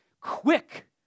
quick